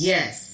Yes